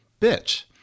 bitch